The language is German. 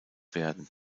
werden